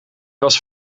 was